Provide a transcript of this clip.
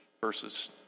versus